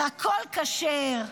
והכול כשר,